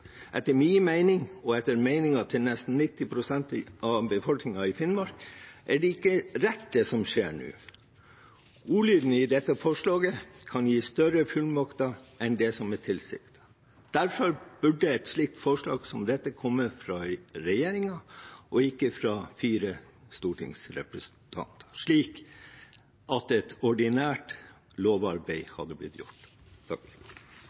Etter min og nesten 90 pst. av befolkningen i Finnmark sin mening er det som skjer nå, ikke rett. Ordlyden i dette forslaget kan gi større fullmakter enn det som er tilsiktet. Derfor burde et slikt forslag som dette ha kommet fra regjeringen, ikke fra fire stortingsrepresentanter, slik at et ordinært